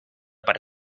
per